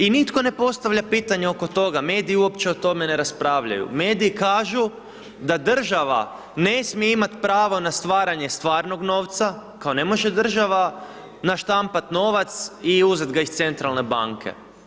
I nitko ne postavlja pitanje oko toga, mediji uopće o tome ne raspravljaju, mediji kažu da država ne smije imati pravo na stvaranje stvarnog novca kao ne može država naštampat novac i uzet ga iz centralne banke.